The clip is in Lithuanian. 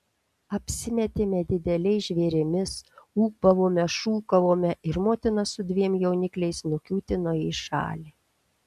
apsimetėme dideliais žvėrimis ūbavome šūkavome ir motina su dviem jaunikliais nukiūtino į šalį